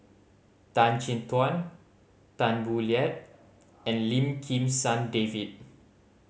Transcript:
Tan Chin Tuan Tan Boo Liat and Lim Kim San David